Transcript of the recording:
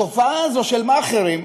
התופעה הזאת של מאכערים,